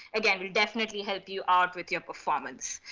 again, will definitely help you out with your performance.